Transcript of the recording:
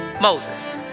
Moses